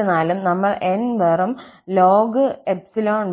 എന്നിരുന്നാലും നമ്മൾ 𝑁 വെറും